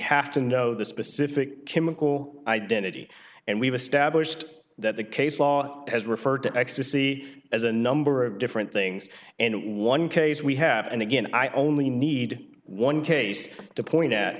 have to know the specific chemical identity and we've established that the case law has referred to x to see as a number of different things in one case we have and again i only need one case to point